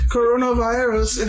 Coronavirus